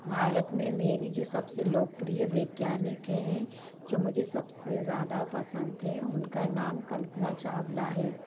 भारत में मेरी जो सबसे लोकप्रिय वैज्ञानिक हैं जो मुझे सबसे ज़्यादा पसंद हैं उनका नाम कल्पना चावला है